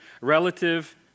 relative